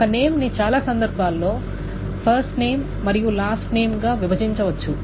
ఒక నేమ్ ని చాలా సందర్భాల్లో ఫస్ట్ నేమ్ మరియు లాస్ట్ నేమ్ గా విభజించవచ్చు